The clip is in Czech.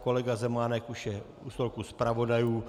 Kolega Zemánek už je u stolku zpravodajů.